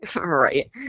right